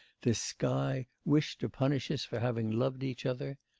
this sky, wish to punish us for having loved each other?